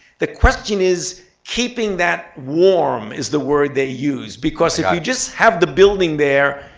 the question is keeping that warm is the word they use. because if you just have the building there,